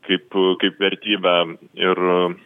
kaip kaip vertybę ir